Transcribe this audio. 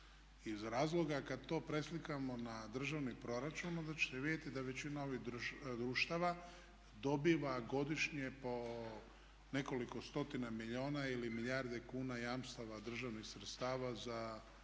iz razloga kad to preslikamo na državni proračun, onda ćete vidjeti da većina ovih društava dobiva godišnje po nekoliko stotina milijuna ili milijarde kuna jamstava državnih sredstava za